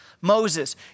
Moses